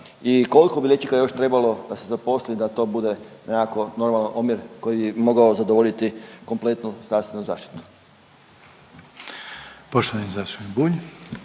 i kolko bi liječnika još trebalo da se zaposli da to bude nekako normalan omjer koji bi mogao zadovoljiti kompletnu zdravstvenu zaštitu? **Reiner, Željko